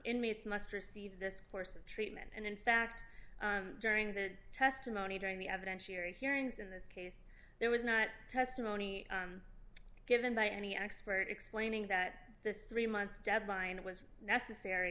inmates must receive this course of treatment and in fact during the testimony during the evidence here hearings in this case there was not testimony given by any expert explaining that this three month deadline was necessary